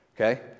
Okay